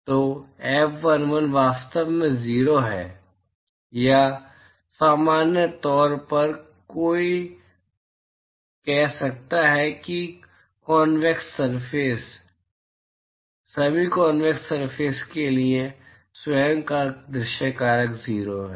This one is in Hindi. तो F11 वास्तव में 0 है या सामान्य तौर पर कोई कह सकता है कि कॉन्वेक्स सरफेस सभी कॉन्वेक्स सरफेस के लिए सभी कॉन्वेक्स सरफेस के लिए स्वयं का दृश्य कारक 0 है